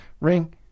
Ring